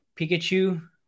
Pikachu